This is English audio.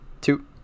two